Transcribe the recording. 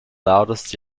loudest